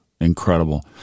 Incredible